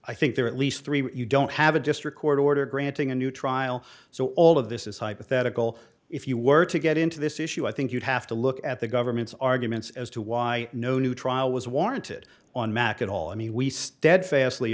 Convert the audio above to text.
i think there are at least three you don't have a just record order granting a new trial so all of this is hypothetical if you were to get into this issue i think you'd have to look at the government's arguments as to why no new trial was warranted on mac at all i mean we steadfast